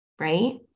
right